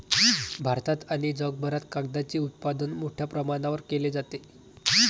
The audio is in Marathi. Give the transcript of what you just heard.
भारतात आणि जगभरात कागदाचे उत्पादन मोठ्या प्रमाणावर केले जाते